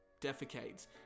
defecates